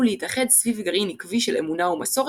להתאחד סביב גרעין עקבי של אמונה ומסורת,